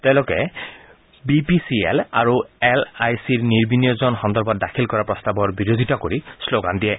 তেওঁলোকে B P C L আৰু L I চিৰ নিৰ্বিনিয়োজন সন্দৰ্ভত দাখিল কৰা প্ৰস্তাৱৰ বিৰোধিতা কৰি শ্ৰোগান দিয়ে